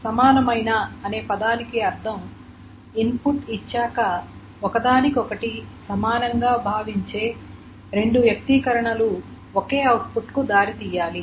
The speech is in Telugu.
సమానమైన అనే పదానికి అర్థం ఇన్పుట్ ఇచ్చాక ఒకదానికొకటి సమానంగా భావించే రెండు వ్యక్తీకరణలు ఒకే అవుట్పుట్ కు దారితీయాలి